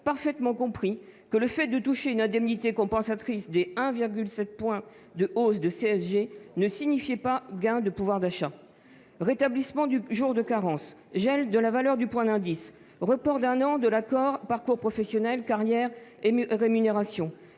parfaitement compris que le fait de toucher une indemnité compensatrice du 1,7 point de hausse de CSG ne signifiait pas un gain de pouvoir d'achat. Rétablissement du jour de carence, gel de la valeur du point d'indice, report d'un an de l'accord « Parcours professionnels, carrières et rémunérations